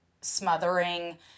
smothering